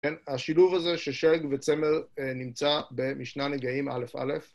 השילוב הזה ששג וצמר נמצא במשנה נגעים א', א'.